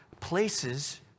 places